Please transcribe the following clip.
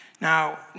Now